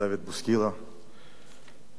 אני שואל שאלה,